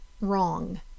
wrong